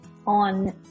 On